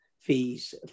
fees